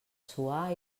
suar